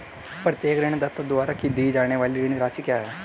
प्रत्येक ऋणदाता द्वारा दी जाने वाली ऋण राशि क्या है?